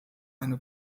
eine